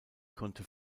konnte